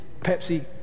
Pepsi